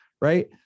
right